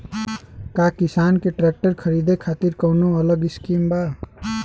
का किसान के ट्रैक्टर खरीदे खातिर कौनो अलग स्किम बा?